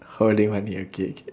holding money okay okay